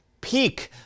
Peak